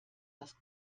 das